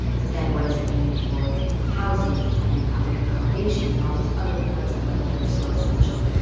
but then what does it mean for housing and public accommodations and all these other parts of life that are so essential?